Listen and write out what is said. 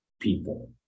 people